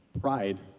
pride